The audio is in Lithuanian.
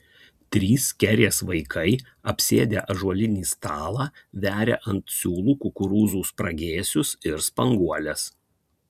trys kerės vaikai apsėdę ąžuolinį stalą veria ant siūlų kukurūzų spragėsius ir spanguoles